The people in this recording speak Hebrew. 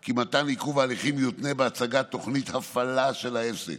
כי עיכוב ההליכים יותנה בהצגת תוכנית הפעלה של העסק